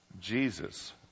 Jesus